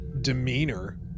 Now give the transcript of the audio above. demeanor